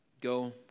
Go